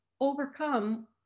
overcome